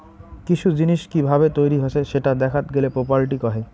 কিসু জিনিস কি ভাবে তৈরী হসে সেটা দেখাত গেলে প্রপার্টি কহে